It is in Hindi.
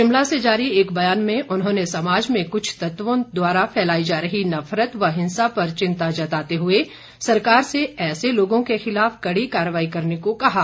शिमला से जारी एक बयान में उन्होंने समाज में कुछ तत्वों द्वारा फैलाई जा रही नफरत व हिंसा पर चिंता जताते हुए सरकार से ऐसे लोगों के खिलाफ कड़ी कारवाई करने को कहा है